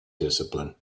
discipline